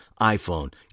iPhone